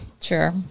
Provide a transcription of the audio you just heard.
Sure